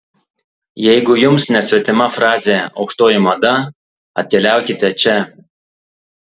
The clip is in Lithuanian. jeigu jums nesvetima frazė aukštoji mada atkeliaukite čia